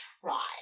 try